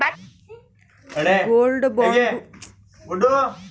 Gold बॉण्डवर किती परतावा मिळतो?